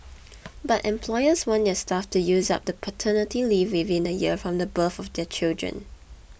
but employers want their staff to use up the paternity leave within a year from the birth of their children